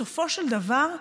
בסופו של דבר,